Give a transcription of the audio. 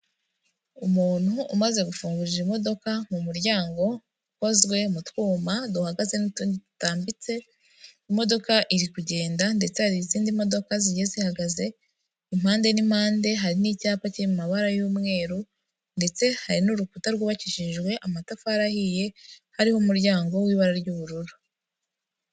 Umuntu umaze gufungurira imodoka mu muryango ukozwe mu twuma duhagaze n'utundi dutambitse, imodoka iri kugenda ndetse hari izindi modoka zigiye zihagaze impande n'impande, hari n'icyapa kiri mu mabara y'umweru ndetse hari n'urukuta rwubakishijwe amatafari ahiye hariho umuryango w'ibara ry'ubururu.